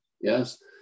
yes